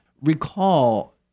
Recall